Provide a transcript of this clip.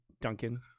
Duncan